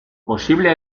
posible